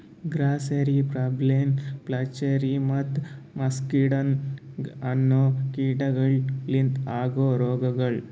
grasserie, pebrine, flacherie ಮತ್ತ muscardine ಅನೋ ಕೀಟಗೊಳ್ ಲಿಂತ ಆಗೋ ರೋಗಗೊಳ್